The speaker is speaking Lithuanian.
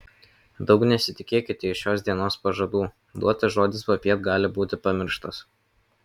daug nesitikėkite iš šios dienos pažadų duotas žodis popiet gali būti pamirštas